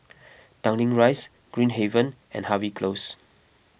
Tanglin Rise Green Haven and Harvey Close